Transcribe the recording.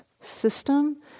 system